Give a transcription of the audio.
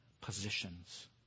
positions